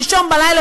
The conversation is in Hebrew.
שלשום בלילה,